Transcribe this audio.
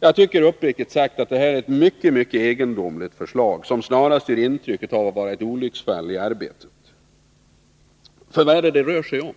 Jag tycker, uppriktigt sagt, att detta är ett mycket egendomligt förslag, som snarast gör intryck av olycksfall i arbetet. För vad rör det sig om?